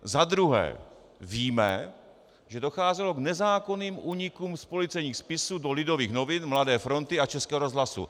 Zadruhé víme, že docházelo k nezákonným únikům z policejních spisů do Lidových novin, Mladé fronty a Českého rozhlasu.